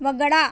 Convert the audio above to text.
वगळा